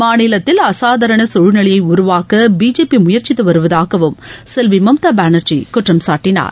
மாநிலத்தில் அசாதாரண சூழ்நிலையை உருவாக்க பிஜேபி முயற்சித்து வருவதாகவும் செல்வி மம்தா பானர்ஜி குற்றம் சாட்டினார்